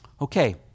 Okay